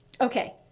Okay